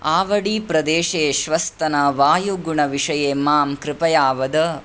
आवडी प्रदेशे श्वस्तनवायुगुणविषये मां कृपया वद